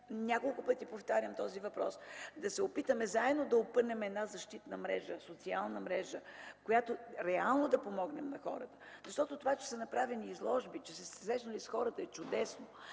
няколко пъти повтарям този въпрос – заедно да опънем една защитна социална мрежа, с която реално да помогнем на хората. Това, че са направени изложби, че сте се срещнали с хората, е чудесно,